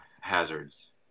hazards